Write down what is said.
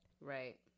right